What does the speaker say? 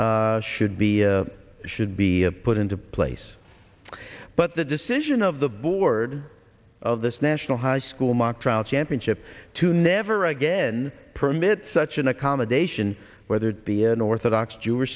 reasonable should be should be put into place but the decision of the board of this national high school mock trial championship to never again permit such an accommodation whether it be an orthodox jew